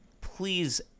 please